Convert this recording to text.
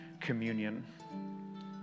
communion